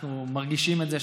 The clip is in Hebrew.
אנחנו מרגישים את זה,